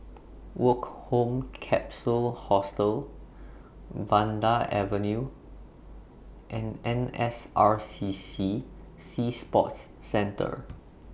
Woke Home Capsule Hostel Vanda Avenue and N S R C C Sea Sports Centre